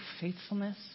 faithfulness